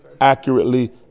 accurately